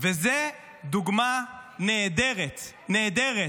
וזו דוגמה נהדרת, נהדרת,